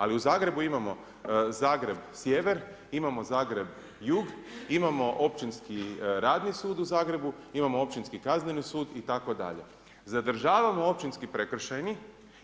Ali u Zagrebu imamo Zagreb sjever, imamo Zagreb jug, imamo Općinski radni sud u Zagrebu, imamo Općinski kazneni sud itd. zadržavamo općinski prekršajni,